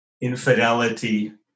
infidelity